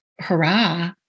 hurrah